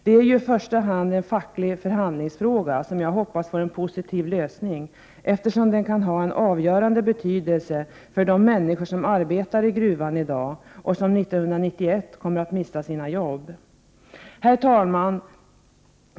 Detta är i första hand en facklig förhandlingsfråga som jag hoppas får en positiv lösning, eftersom den kan ha en avgörande betydelse för de människor som arbetar i gruvan i dag och som 1991 kommer att mista sina jobb. Herr talman!